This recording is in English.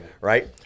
Right